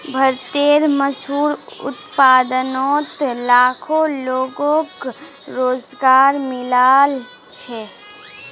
भारतेर मशहूर उत्पादनोत लाखों लोगोक रोज़गार मिलाल छे